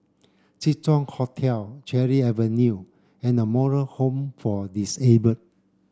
Jin Dong Hotel Cherry Avenue and The Moral Home for Disabled